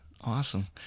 Awesome